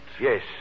Yes